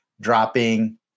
dropping